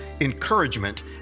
encouragement